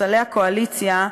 מספסלי הקואליציה,